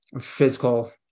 physical